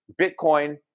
Bitcoin